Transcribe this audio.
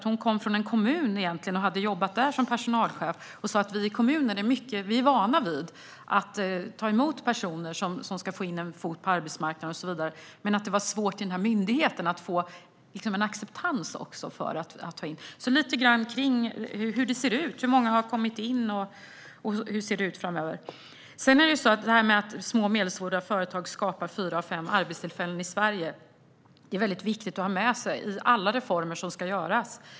Hon kommer från en kommun där hon har jobbat som personalchef, och hon sa: Vi i kommunen är vana vid att ta emot personer som ska få in en fot på arbetsmarknaden och så vidare. Men i myndigheten är det svårt att få en acceptans för detta. Jag skulle vilja höra lite grann om hur det här ser ut. Hur många har kommit in, och hur ser det ut framöver? Små och medelstora företag skapar fyra av fem arbetstillfällen i Sverige. Det är viktigt att ha med sig i alla reformer som ska göras.